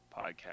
podcast